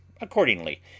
accordingly